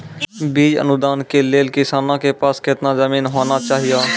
बीज अनुदान के लेल किसानों के पास केतना जमीन होना चहियों?